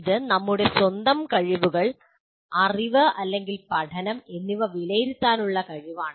ഇത് നമ്മുടെ സ്വന്തം കഴിവുകൾ അറിവ് അല്ലെങ്കിൽ പഠനം എന്നിവ വിലയിരുത്താനുള്ള കഴിവാണ്